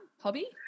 hobby